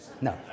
No